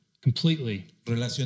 completely